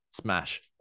smash